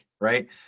Right